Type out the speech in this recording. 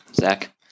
Zach